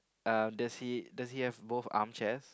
uh does he does he have both arm shelves